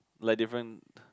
like different